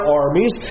armies